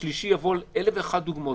יש מלא דוגמאות.